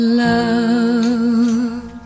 love